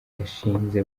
yashinze